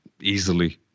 easily